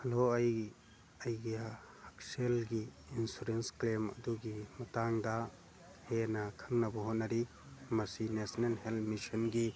hello ꯑꯩ ꯑꯩꯒ꯭ꯌꯥ ꯍꯛꯁꯦꯜꯒꯤ ꯏꯟꯁꯨꯔꯦꯟꯁ ꯀ꯭ꯂꯦꯝ ꯑꯗꯨꯒꯤ ꯃꯇꯥꯡꯗ ꯍꯦꯟꯅ ꯈꯪꯅꯕ ꯍꯣꯠꯅꯔꯤ ꯃꯁꯤ ꯅꯦꯁꯅꯦꯜ ꯍꯦꯜꯠ ꯃꯤꯁꯟꯒꯤ